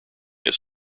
his